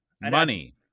money